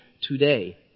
today